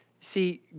See